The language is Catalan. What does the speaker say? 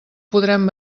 podrem